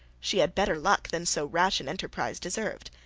she had better luck than so rash an enterprise deserved.